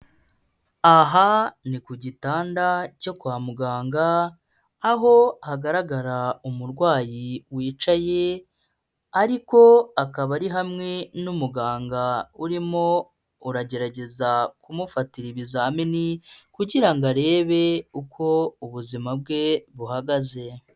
Aha ni ku gitanda cyo kwa muganga, aho hagaragara umurwayi wicaye, ariko akaba ari hamwe n'umuganga urimo uragerageza kumufatira ibizamini kugira ngo arebe uko ubuzima bwe buhagaze.